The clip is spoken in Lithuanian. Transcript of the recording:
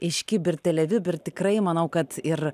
iš kibir tele vibir tikrai manau kad ir